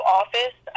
office